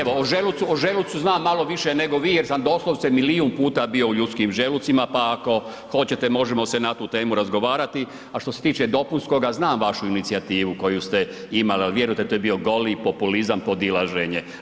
evo o želucu, o želucu znam malo više jer sam doslovce milijun puta bio u ljudskim želucima, pa ako hoćete možemo se na tu temu razgovarati, a što se tiče dopunskoga znam vašu inicijativu koju ste imali, ali vjerujte to je bio goli populizam, podilaženje.